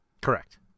Correct